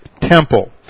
temple